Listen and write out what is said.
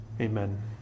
Amen